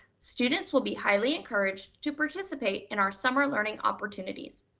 students will be highly encouraged to participate in our summer learning opportunities.